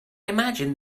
imagine